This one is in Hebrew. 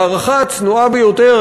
בהערכה הצנועה ביותר,